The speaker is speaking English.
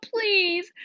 please